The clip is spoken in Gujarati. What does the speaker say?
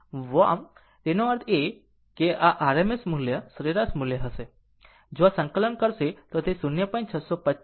આમ તેનો અર્થ એ કે આ RMS મૂલ્ય સરેરાશ મૂલ્ય હશે જો આને સંકલન કરશે તો તે 0